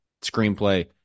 screenplay